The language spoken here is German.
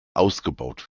ausgebaut